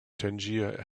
tangier